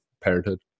parenthood